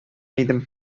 идем